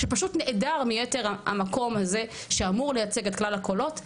שפשוט נעדר מיתר המקום הזה שאמור לייצג את כלל הקולות,